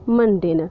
मन्नदे न